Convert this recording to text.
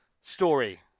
story